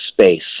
space